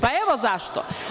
Pa, evo zašto.